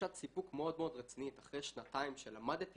תחושת סיפוק מאוד מאוד רצינית אחרי שנתיים שלמדתי